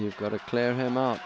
you've got to clear him out